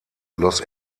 los